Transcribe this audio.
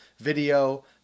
video